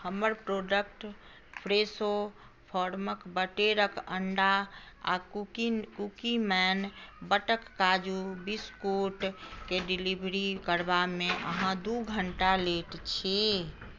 हमर product Fresho फॉर्मक बटेरक अंडा आ कुकी कुकीमैन बटक काजू बिस्कुट के डिलीवरी करबामे अहाँ दू घंटा लेट छी